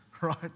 right